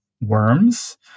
worms